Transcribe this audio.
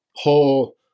whole